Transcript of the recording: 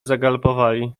zagalopowali